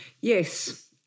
Yes